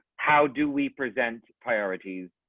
how do we present priorities,